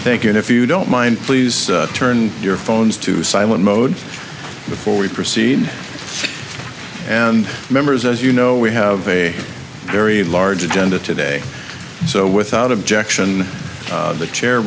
thank you and if you don't mind please turn your phones to silent mode before we proceed and members as you know we have a very large agenda today so without objection the chair